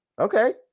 Okay